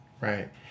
right